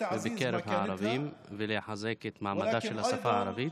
ובקרב הערבים ולחזק את מעמדה של השפה הערבית,